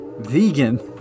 Vegan